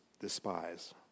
despise